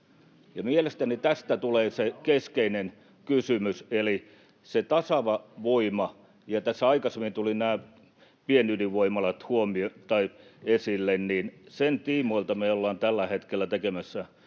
Mielestäni tästä tulee se keskeinen kysymys eli se tasaava voima. Tässä aikaisemmin tulivat nämä pienydinvoimalat esille, ja sen tiimoilta me ollaan tällä hetkellä tekemässä USA:n